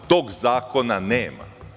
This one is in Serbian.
Tog zakona nema.